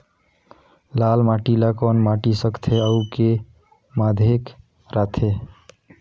लाल माटी ला कौन माटी सकथे अउ के माधेक राथे?